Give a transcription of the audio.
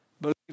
believe